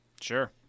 Sure